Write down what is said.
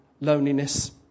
loneliness